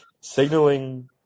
signaling